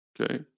okay